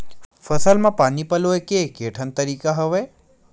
फसल म पानी पलोय के केठन तरीका हवय?